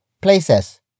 places